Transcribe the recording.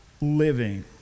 living